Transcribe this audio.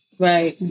Right